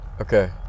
okay